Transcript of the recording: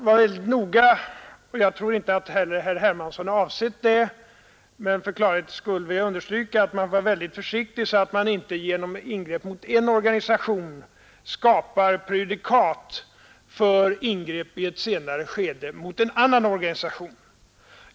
Jag tror inte att herr Hermansson har avsett nägonting annat, men för klarhetens skull vill jag understryka att man fär vara mycket försiktig så att man inte genom ingrepp mot en organisation skapar prejudikat för ingrepp i ett senare skede mot en annan organisation.